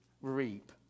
Reap